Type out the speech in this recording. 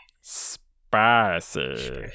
Spicy